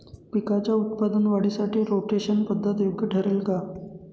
पिकाच्या उत्पादन वाढीसाठी रोटेशन पद्धत योग्य ठरेल का?